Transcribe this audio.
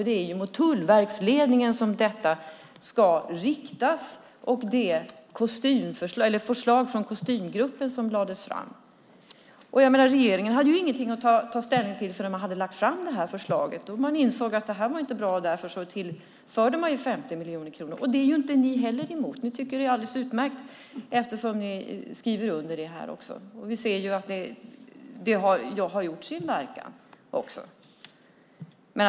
Det är ju mot tullverksledningen och det förslag från kostymgruppen som lades fram som detta ska riktas. Regeringen hade ingenting att ta ställning till förrän man hade lagt fram det här förslaget. Då insåg man att det inte var bra, och därför tillförde man 50 miljoner kronor. Det är ni inte heller emot. Ni tycker att det är alldeles utmärkt eftersom ni skriver under det här också. Vi ser också att det har gjort sin verkan.